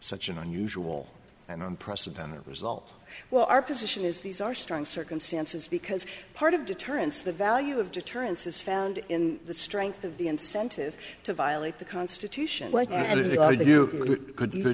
such an unusual and unprecedented result well our position is these are strong circumstances because part of deterrence the value of deterrence is found in the strength of the incentive to violate the constitution and of the law you could